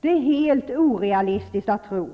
Det är helt orealistiskt att tro